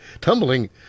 tumbling